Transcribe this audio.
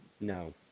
No